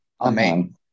amen